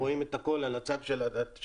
רואים את הכול על הצג של הנייד,